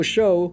Show